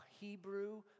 Hebrew